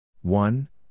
One